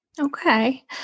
Okay